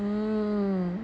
mm